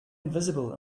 invisible